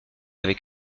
avec